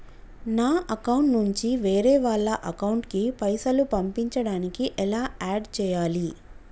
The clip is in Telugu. నా అకౌంట్ నుంచి వేరే వాళ్ల అకౌంట్ కి పైసలు పంపించడానికి ఎలా ఆడ్ చేయాలి?